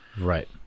right